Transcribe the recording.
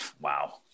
Wow